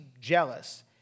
jealous